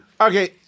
Okay